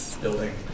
building